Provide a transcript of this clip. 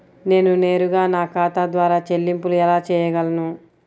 నేను నేరుగా నా ఖాతా ద్వారా చెల్లింపులు ఎలా చేయగలను?